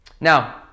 Now